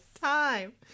time